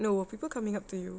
no were people coming up to you